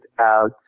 out